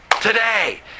today